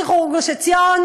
שחרור גוש-עציון,